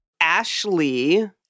Ashley